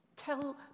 Tell